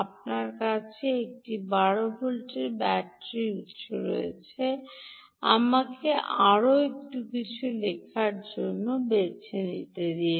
আপনার কাছে একটি 12 ভোল্টের ব্যাটারি উত্স রয়েছে আমাকে এটি আরও কিছুটা লেখার জন্য বেছে নিতে দিন